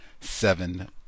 seven